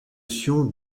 sion